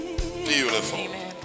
Beautiful